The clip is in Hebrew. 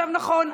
נכון,